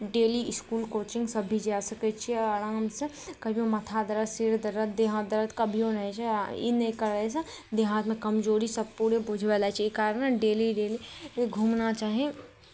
daily school कोचिंगसभ भी जा सकै छियै आरामसँ कहिओ माथा दर्द सिर दर्द देह हाथ दर्द कभिओ नहि होइ छै आओर ई नहि करयसँ देह हाथमे कमजोरीसभ पूरे बुझबय लगै छै ई कारण डेली डेली घूमना चाही